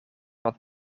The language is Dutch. wat